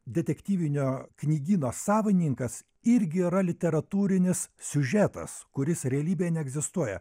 detektyvinio knygyno savininkas irgi yra literatūrinis siužetas kuris realybėje neegzistuoja